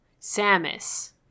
Samus